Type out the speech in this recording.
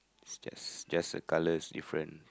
it's just just a colour difference